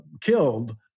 killed